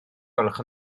gwelwch